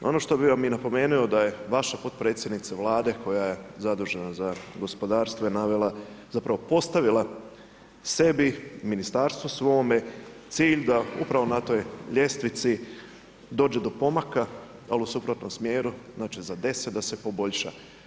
Ono što bih vam i napomenuo, da je vaša potpredsjednica Vlade koja je zadužena za gospodarstvo je navela, zapravo postavila sebi, ministarstvu svome cilj da upravo na toj ljestvici dođe do pomaka al u suprotnom smjeru, znači za 10 da se poboljša.